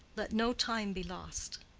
let no time be lost.